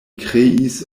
kreis